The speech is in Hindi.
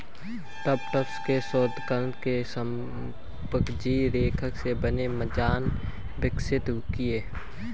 टफ्ट्स के शोधकर्ताओं ने स्पंजी रेशम से बने मचान विकसित किए हैं